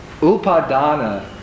Upadana